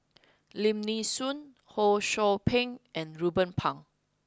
Lim Nee Soon Ho Sou Ping and Ruben Pang